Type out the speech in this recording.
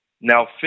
Now